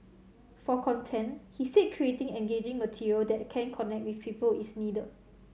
for content he said creating engaging material that can connect with people is needed